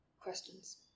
questions